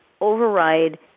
override